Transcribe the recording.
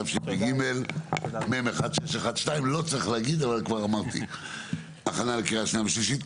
התשפ"ג, מ/1612 הכנה לקריאה שנייה ושלישית.